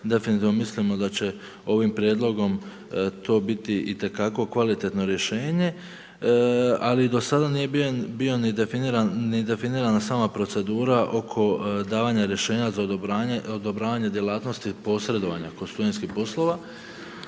definitivno mislimo da će ovim prijedlogom to biti itekako kvalitetno rješenje. Ali do sada nije bio niti definirana sama procedura oko davanja rješenja za odobravanje djelatnosti posredovanja kod studentskih poslova.